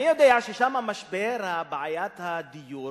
אני יודע שהמשבר, בעיית הדיור